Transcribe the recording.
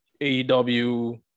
AEW